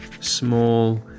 small